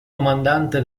comandante